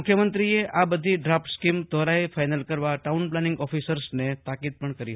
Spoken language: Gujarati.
મુખ્યમંત્રીએ આ બધી ડ્રાફટ સ્કીમ ત્વરાએ ફાઈનલ કરવા ટાઉનપ્લાનિંગ ઓફિસર્સને તાકીદ પણ કરી છે